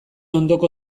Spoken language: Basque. ondoko